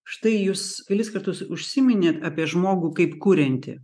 štai jūs kelis kartus užsiminėt apie žmogų kaip kuriantį